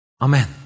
Amen